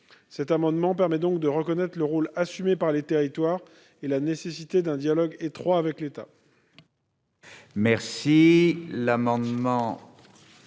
Cet amendement vise donc à reconnaître le rôle assumé par les territoires, ainsi que la nécessité d'un dialogue étroit avec l'État.